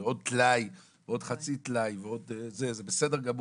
ועוד טלאי ועוד חצי טלאי - זה בסדר גמור,